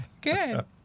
Good